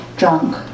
drunk